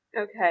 Okay